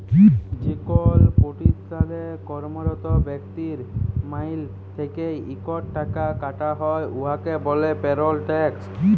যেকল পতিষ্ঠালে কম্মরত ব্যক্তির মাইলে থ্যাইকে ইকট টাকা কাটা হ্যয় উয়াকে ব্যলে পেরল ট্যাক্স